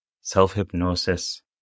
self-hypnosis